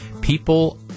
people